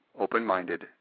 open-minded